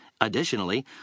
Additionally